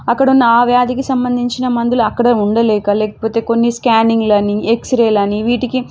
అక్కడున్న ఆ వ్యాధికి సంబంధించిన మందులు అక్కడే ఉండలేక లేకపోతే కొన్ని స్క్యానింగ్లని ఎక్సరేలని వీటికి